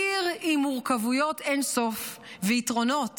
עיר עם מורכבויות אין-סוף, ויתרונות